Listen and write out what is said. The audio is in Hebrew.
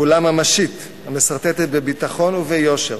פעולה ממשית המסרטטת בביטחון וביושר